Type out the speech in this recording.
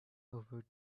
over